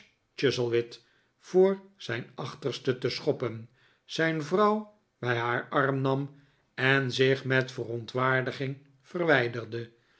chuzzlewit voor zijn achterste te schoppen zijn vrouw bij haar arm nam en zich met verontwaardiging verwijderde